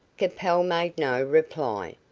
capel made no reply,